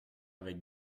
avec